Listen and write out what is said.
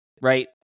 Right